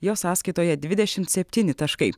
jo sąskaitoje dvidešimt septyni taškai